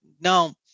Now